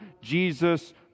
Jesus